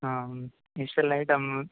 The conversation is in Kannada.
ಹಾಂ ಇಷ್ಟೆಲ್ಲ ಐಟಮ್